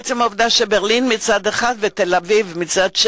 עצם העובדה שתל-אביב מצד אחד וברלין מצד